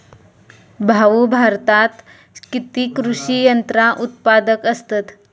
भाऊ, भारतात किती कृषी यंत्रा उत्पादक असतत